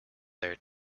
there